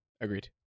agreed